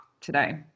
today